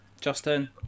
justin